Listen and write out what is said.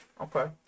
Okay